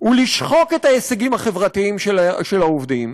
הוא לשחוק את ההישגים החברתיים של העובדים,